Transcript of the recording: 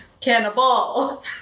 cannibal